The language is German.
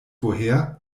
woher